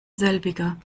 selbiger